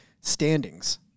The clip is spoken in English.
standings